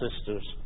sisters